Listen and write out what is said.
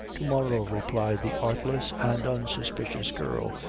to-morrow, replied the artless and unsuspicious girl,